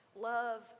Love